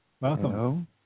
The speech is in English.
Welcome